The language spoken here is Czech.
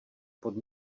pod